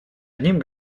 одним